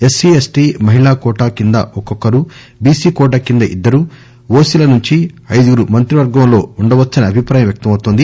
SP ST మహిళా quota కింద ఒక్కొక్కరు బిసి కోటా కింద ఇద్దరు ఒసి ల నుంచి అయిదుగురు మంత్రివర్గం లో ఉండవచ్చనే అభిప్రాయం వ్యక్తమవుతోంది